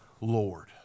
Lord